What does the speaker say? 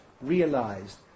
realised